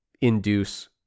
induce